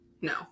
No